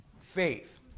Faith